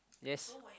yes